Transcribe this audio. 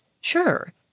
sure